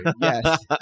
Yes